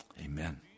Amen